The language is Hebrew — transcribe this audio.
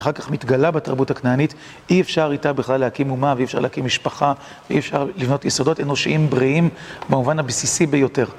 אחר כך מתגלה בתרבות הכנענית, אי אפשר איתה בכלל להקים אומה, ואי אפשר להקים משפחה, ואי אפשר לבנות יסודות אנושיים בריאים, במובן הבסיסי ביותר.